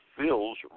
feels